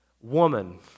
woman